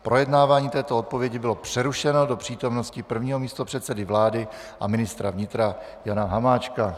Projednávání této odpovědi bylo přerušeno do přítomnosti prvního místopředsedy vlády a ministra vnitra Jana Hamáčka.